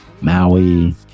maui